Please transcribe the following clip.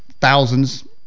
thousands